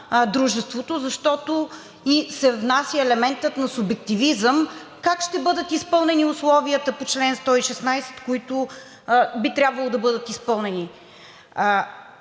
дружеството, защото се внася елементът на субективизъм как ще бъдат изпълнени условията по чл. 116, които би трябвало да бъдат изпълнени.